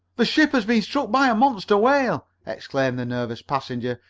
the ship has been struck by a monster whale! exclaimed the nervous passenger,